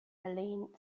helene